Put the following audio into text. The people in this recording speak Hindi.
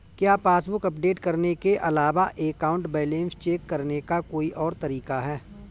क्या पासबुक अपडेट करने के अलावा अकाउंट बैलेंस चेक करने का कोई और तरीका है?